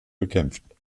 bekämpft